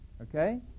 Okay